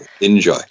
enjoy